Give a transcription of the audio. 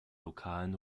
lokalen